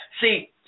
See